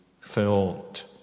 filled